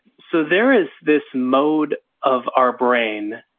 so there is this mode of our brain,